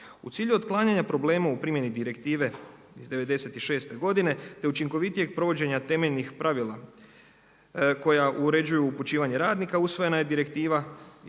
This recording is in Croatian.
U cilju otklanjanja problema u primjeni Direktive iz 96' godine, te učinkovitijih provođenja temeljnih pravila, koja uređuju upućivanju radnika, usvojena je Direktiva iz